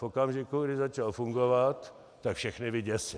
V okamžiku, kdy začal fungovat, tak všechny vyděsil.